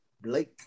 Blake